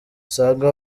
usanga